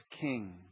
king